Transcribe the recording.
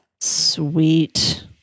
Sweet